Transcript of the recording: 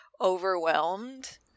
overwhelmed